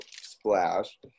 splash